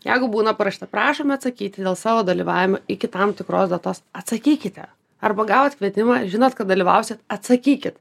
jeigu būna parašyta prašome atsakyti dėl savo dalyvavimo iki tam tikros datos atsakykite arba gauvot kvietimą žinot kad dalyvausit atsakykit